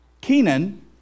Kenan